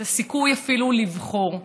את הסיכוי, אפילו לבחור.